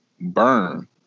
burn